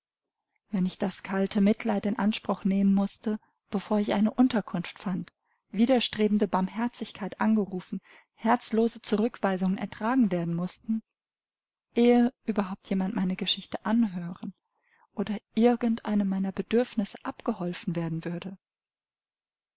wenn ich das kalte mitleid in anspruch nehmen mußte bevor ich eine unterkunft fand widerstrebende barmherzigkeit angerufen herzlose zurückweisungen ertragen werden mußten ehe überhaupt jemand meine geschichte anhören oder irgend einem meiner bedürfnisse abgeholfen werden würde